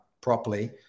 properly